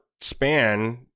span